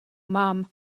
mám